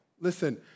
Listen